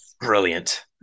Brilliant